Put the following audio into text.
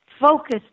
focused